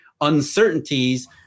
uncertainties